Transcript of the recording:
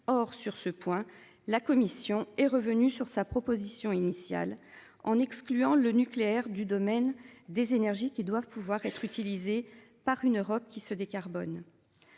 Or sur ce point, la commission est revenue sur sa proposition initiale en excluant le nucléaire du domaine des énergies qui doivent pouvoir être utilisées par une Europe qui se décarbone.